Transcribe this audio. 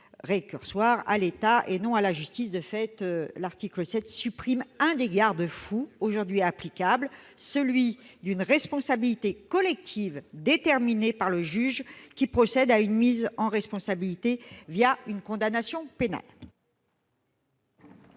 récursoire à l'État, et non à la justice. Il supprime en effet l'un des garde-fous aujourd'hui applicables, celui d'une responsabilité collective déterminée par le juge, qui procède à une mise en responsabilité une condamnation pénale.